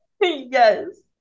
Yes